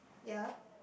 ya